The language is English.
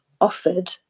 offered